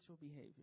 behavior